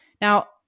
Now